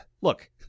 Look